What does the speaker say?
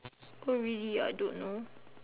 oh really I don't know